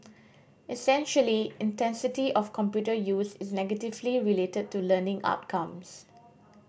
essentially intensity of computer use is negatively related to learning outcomes